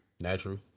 Natural